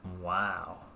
Wow